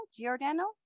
Giordano